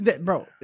bro